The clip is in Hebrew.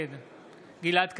נגד גלעד קריב,